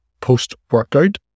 post-workout